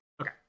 Okay